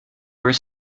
were